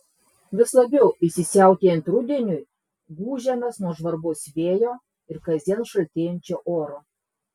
vis labiau įsisiautėjant rudeniui gūžiamės nuo žvarbaus vėjo ir kasdien šaltėjančio oro